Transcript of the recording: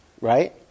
right